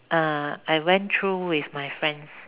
uh I went through with my friends